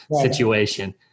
situation